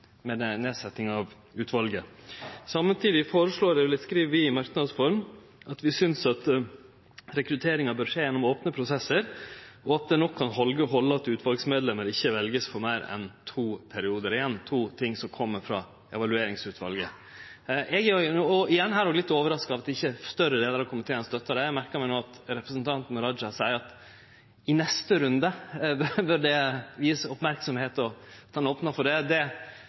med at ein set ned utvalet. Samtidig skriv vi i merknads form at vi synest at rekrutteringa bør skje gjennom opne prosessar, og at det nok kan halde at utvalsmedlemer ikkje blir valde for meir enn to periodar – igjen to ting som kjem frå Evalueringsutvalet. Igjen er eg litt overraska over at ikkje større delar av komiteen støttar det. Eg merkar meg at representanten Raja seier at i neste runde bør dette gjevast merksemd, og at han opnar for det. Det